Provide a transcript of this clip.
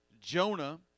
Jonah